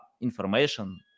information